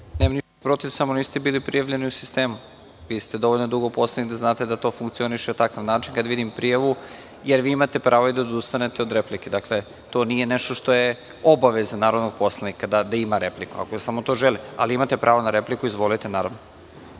Nemam ništa protiv, samo niste bili prijavljeni u sistemu. Vi ste dovoljno dugo poslanik da znate da to funkcioniše na takav način, kad vidim prijavu, jer vi imate pravo i da odustanete od replike. Dakle, to nije nešto što je obaveza narodnog poslanika da ima repliku, ako samo to želi, ali imate pravo na repliku. Izvolite.